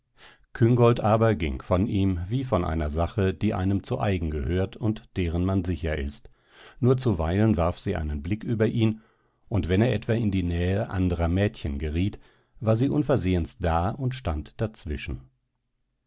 küngolt aber ging von ihm wie von einer sache die einem zu eigen gehört und deren man sicher ist nur zuweilen warf sie einen blick über ihn und wenn er etwa in die nähe anderer mädchen geriet war sie unversehens da und stand dazwischen